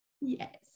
Yes